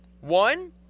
One